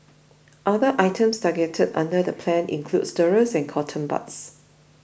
other items targeted under the plan include stirrers and cotton buds